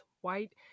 white